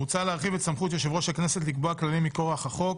מוצע להרחיב את סמכות יושב-ראש הכנסת לקבוע כללים מכוח החוק,